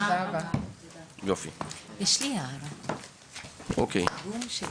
הישיבה ננעלה בשעה 13:59.